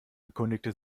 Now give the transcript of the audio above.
erkundigte